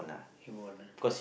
he won't ah